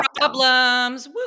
problems